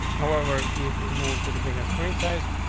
however, if we moved to the bigger screen size,